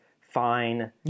fine